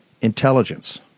intelligence